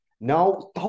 Now